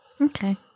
Okay